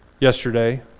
yesterday